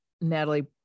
natalie